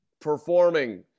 performing